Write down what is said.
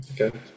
Okay